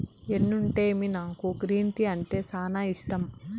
ఎన్నుంటేమి నాకు green tea అంటే సానా ఇష్టం